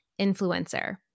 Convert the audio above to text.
influencer